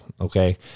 okay